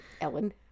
Ellen